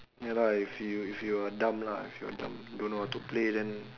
ya lah if you if you're dumb lah if you're dumb don't know how to play then